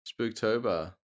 Spooktober